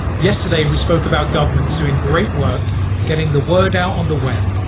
yesterday we spoke about governments doing great work getting the word out on the web.